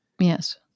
Yes